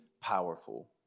powerful